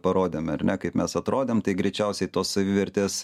parodėme ar ne kaip mes atrodėm tai greičiausiai tos savivertės